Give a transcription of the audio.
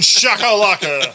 shakalaka